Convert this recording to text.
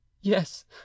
yes